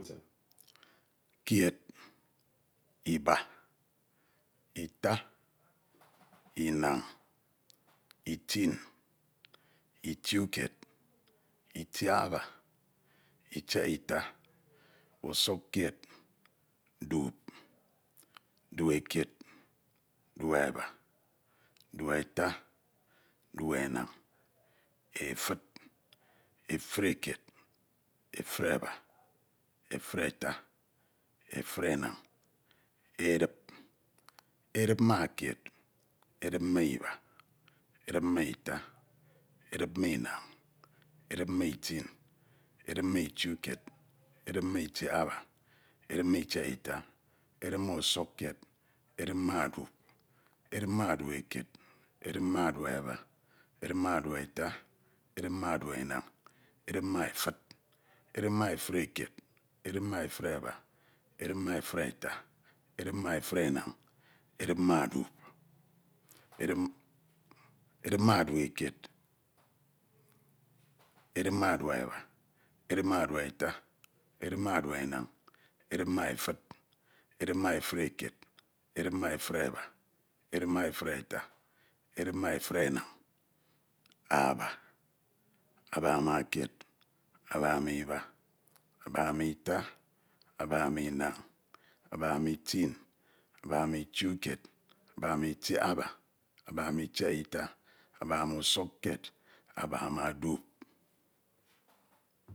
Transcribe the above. Kieɗ, Iba, Ita, Inañ, Itin, Ituikied, Itiaba Itialta, usukkied, dup. dup ekied, dup eba, dupeta, dupenañ efid, efid ekied, efideba, efid ma Iba, edip ma Ita, edip ma Inañ, edip ma Itin. edip ma Ituikied edip ma Itiaba, edip ma Itiaita, edip ma usukkied, edip ma ndup, edip ma dupekied, edip ma duaeba, edip ma dua eta, edip ma deuaenañ, edip ma efid, edip ma efidekied, edip ma efid ma efideba, edip ma dud, edip ma dupekied, edip ma duaeba edip ma duaeta, edip ma duaenañ edip ma efid, edip ma efunekied. edip ma efuneba, edip ma efudeta, edip ma efudenañ aba, aba ma kied, abama Iba ama ma Ita, aba ma Inañ, aba ma Itim, aba ma Ituikied, aba ma Itiaba, aba ma Itiaita, aba ma usukkied, aba ma dup.